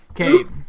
Okay